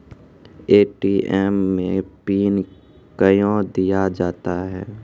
ATM मे pin कयो दिया जाता हैं?